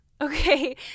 okay